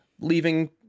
leaving